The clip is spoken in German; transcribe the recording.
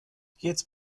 jetzt